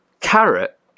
Carrot